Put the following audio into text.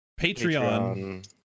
Patreon